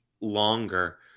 longer